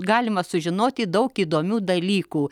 galima sužinoti daug įdomių dalykų